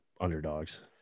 underdogs